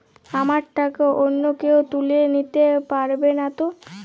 আমার টাকা অন্য কেউ তুলে নিতে পারবে নাতো?